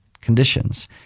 conditions